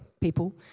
people